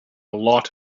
lot